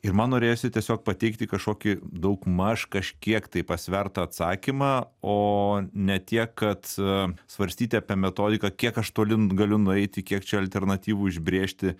ir man norėjosi tiesiog pateikti kažkokį daugmaž kažkiek tai pasvertą atsakymą o ne tiek kad svarstyti apie metodiką kiek aš toli galiu nueiti kiek čia alternatyvų išbrėžti